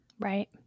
Right